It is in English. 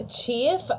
Chief